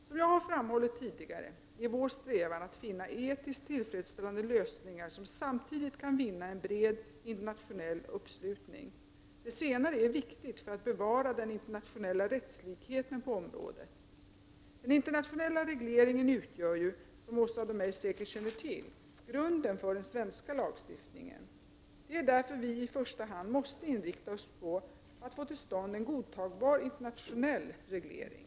Som jag har framhållit tidigare är vår strävan att finna etiskt tillfredsstäl lande lösningar som samtidigt kan vinna en bred internationell uppslutning. Det senare är viktigt för att bevara den internationella rättslikheten på området. Den internationella regleringen utgör ju, som Åsa Domeij säkert känner till, grunden för den svenska lagstiftningen. Det är därför vi i första hand måste inrikta oss på att få till stånd en godtagbar internationell reglering.